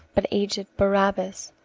but aged barabas,